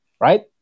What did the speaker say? right